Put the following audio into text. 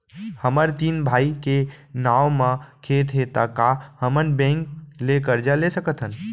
हमर तीन भाई के नाव म खेत हे त का हमन बैंक ले करजा ले सकथन?